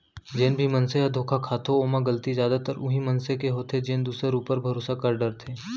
जेन भी मनसे ह धोखा खाथो ओमा गलती जादातर उहीं मनसे के होथे जेन दूसर ऊपर भरोसा कर डरथे